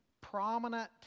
prominent